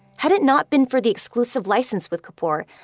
had it not been for the exclusive license with kapoor,